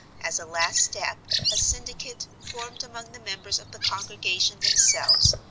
as a last step a syndicate, formed among the members of the congregation themselves,